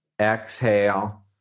exhale